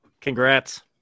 congrats